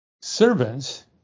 servants